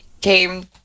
came